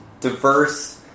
diverse